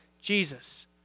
Jesus